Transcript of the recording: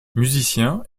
musicien